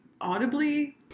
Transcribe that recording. audibly